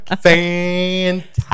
Fantastic